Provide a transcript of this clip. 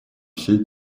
всей